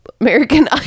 american